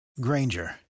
Granger